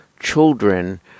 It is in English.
children